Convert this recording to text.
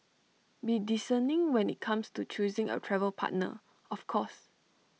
be discerning when IT comes to choosing A travel partner of course